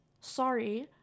Sorry